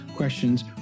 questions